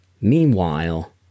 Meanwhile